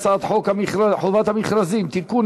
הצעת חוק חובת המכרזים (תיקון,